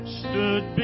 stood